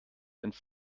ins